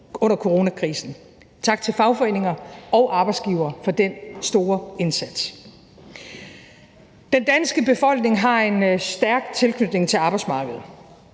under coronakrisen. Tak til fagforeninger og arbejdsgivere for den store indsats. Kl. 09:22 Den danske befolkning har en stærk tilknytning til arbejdsmarkedet,